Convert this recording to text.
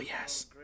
yes